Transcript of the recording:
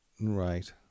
right